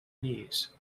knees